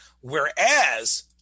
Whereas